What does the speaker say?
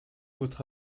votre